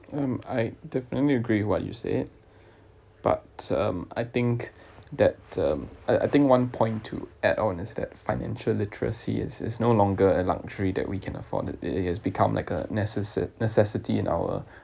um I definitely agree what you said but um I think that um I I think one point to add on is that financial literacy is is no longer a luxury that we can afford it it has become like a necessa~ necessity in our